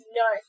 no